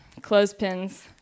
clothespins